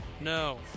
no